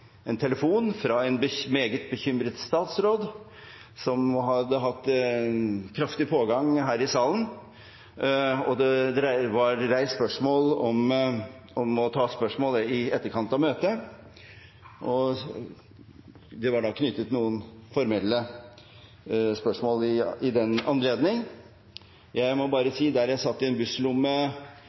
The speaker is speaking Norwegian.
en telefon fra en meget bekymret statsråd som hadde hatt kraftig pågang her i salen. Det var blitt reist spørsmål om å ta spørsmål i etterkant av møtet, og det var da i den anledning knyttet noen formelle spørsmål til dette. Jeg må bare si at der jeg satt i en busslomme